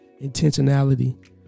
intentionality